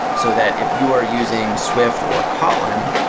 so that if you are using swift or kotlin,